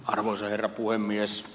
arvoisa herra puhemies